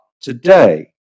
today